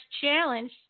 challenge